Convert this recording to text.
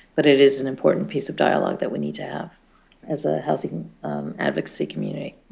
but it is an important piece of dialogue that we need to have as a housing advocacy community.